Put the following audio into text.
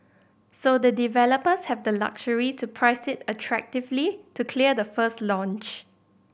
so the developers have the luxury to price it attractively to clear the first launch